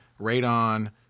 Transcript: Radon